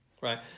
right